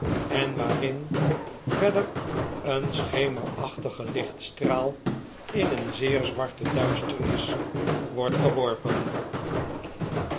en waarin verder een schemerachtige lichtstraal in een zeer zwarte duisternis wordt geworpen